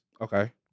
Okay